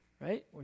right